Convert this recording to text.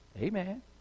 Amen